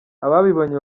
ababibonye